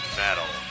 metal